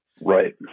Right